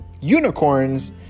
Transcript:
Unicorns